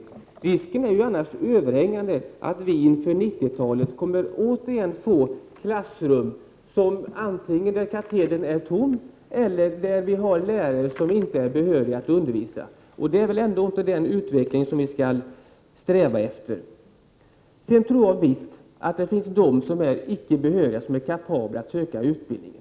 Risken är annars överhängande att vi inför 90-talet återigen kommer att få klassrum där katedern är tom eller där det arbetar lärare som inte är behöriga att undervisa. Det är väl ändå inte den utvecklingen som vi skall sträva efter. Sedan tror jag visst att det finns icke behöriga som är kapabla att söka till utbildningen.